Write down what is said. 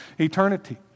eternity